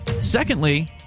Secondly